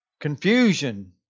Confusion